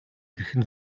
хэрхэн